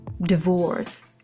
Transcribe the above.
divorce